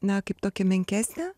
na kaip tokią menkesnę